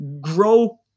grow